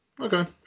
Okay